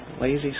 Lazy